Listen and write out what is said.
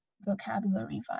vocabulary